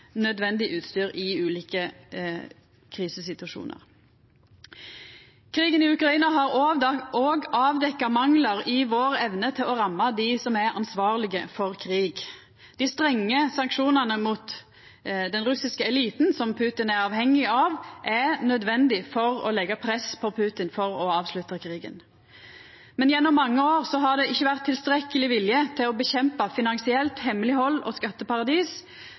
nødvendig utstyr, for ulike krisesituasjonar. Krigen i Ukraina har òg avdekka manglar i vår evne til å ramma dei som er ansvarlege for krig. Dei strenge sanksjonane mot den russiske eliten som Putin er avhengig av, er nødvendige for å leggja press på Putin for å avslutta krigen. Men gjennom mange år har det ikkje vore tilstrekkeleg vilje til å kjempa mot finansielt hemmeleghald og skatteparadis,